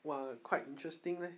!wow! quite interesting leh